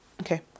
okay